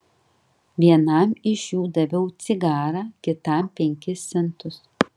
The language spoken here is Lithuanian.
vienam iš jų daviau cigarą kitam penkis centus